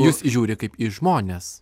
jus žiūri kaip į žmones